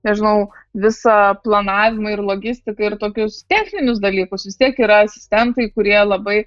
nežinau visa planavimą ir logistiką ir tokius techninius dalykus vis tiek yra asistentai kurie labai